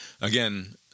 again